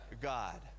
God